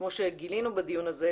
כמו שגילינו בדיון הזה,